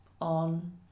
on